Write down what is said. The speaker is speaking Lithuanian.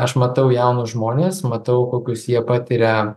aš matau jaunus žmones matau kokius jie patiria